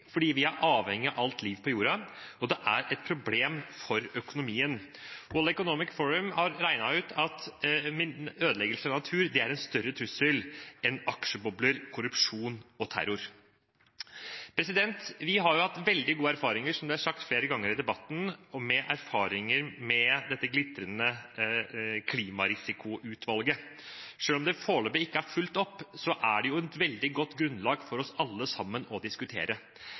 økonomien. World Economic Forum har regnet ut at ødeleggelse av natur er en større trussel enn aksjebobler, korrupsjon og terror. Vi har hatt veldig gode erfaringer, som det er sagt flere ganger i debatten, med dette glitrende klimarisikoutvalget. Selv om det foreløpig ikke er fulgt opp, er det et veldig godt grunnlag for oss all sammen å diskutere.